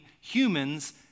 humans